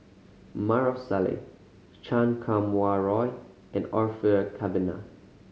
Maarof Salleh Chan Kum Wah Roy and Orfeur Cavenagh